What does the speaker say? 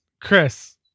Chris